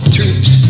Troops